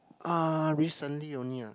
uh recently only ah